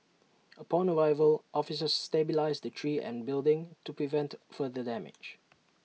upon arrival officers stabilised the tree and building to prevent further damage